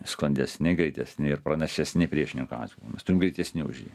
sklandesni greitesni ir pranašesni priešininko atžvilgiu mes turim greitesni už jį